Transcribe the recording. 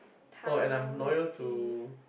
taro milk tea